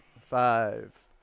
Five